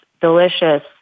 delicious